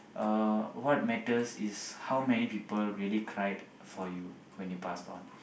uh what matters is how many people really cried for you when you pass on